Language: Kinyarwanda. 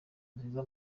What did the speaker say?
nziza